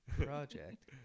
project